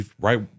right